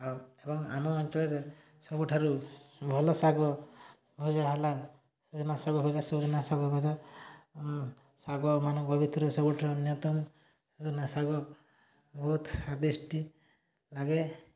ଆଉ ଏବଂ ଆମ ଅଞ୍ଚଳରେ ସବୁଠାରୁ ଭଲ ଶାଗ ଭଜା ହେଲା ସଜନା ଶାଗ ଭଜା ସଜନା ଶାଗ ଭଜା ଶାଗମାନଙ୍କ ଭିତରୁ ସବୁଠାରୁ ଅନ୍ୟତମ ସଜନା ଶାଗ ବହୁତ ସ୍ୱାଦିଷ୍ଟ ଲାଗେ